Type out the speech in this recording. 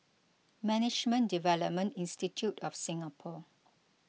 Management Development Institute of Singapore